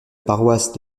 paroisse